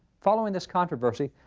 following this controversy,